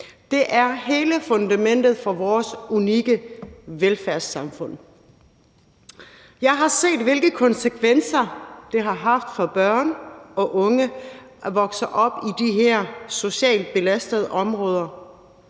Det er hele fundamentet for vores unikke velfærdssamfund. Jeg har set, hvilke konsekvenser det har haft for børn og unge at vokse op i de her socialt belastede områder.